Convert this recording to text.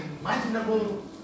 imaginable